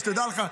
שתדע לך.